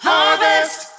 Harvest